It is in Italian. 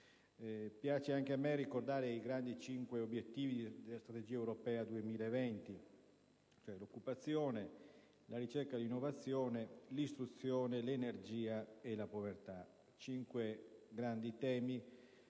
Piace anche a me ricordare i cinque grandi obiettivi della Strategia europea 2020, che sono l'occupazione, la ricerca e l'innovazione, l'istruzione, l'energia e la povertà: cinque grandi temi